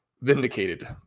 vindicated